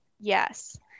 Yes